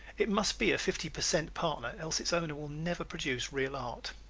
it must be a fifty per cent partner, else its owner will never produce real art.